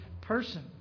person